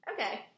okay